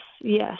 yes